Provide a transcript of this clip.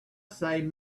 say